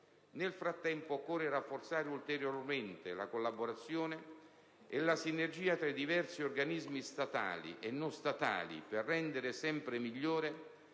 Nel frattempo, occorre rafforzare ulteriormente la collaborazione e la sinergia tra i diversi organismi statali e non statali per rendere sempre migliore,